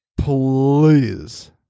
Please